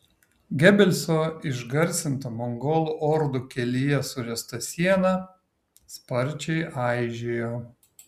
gebelso išgarsinta mongolų ordų kelyje suręsta siena sparčiai aižėjo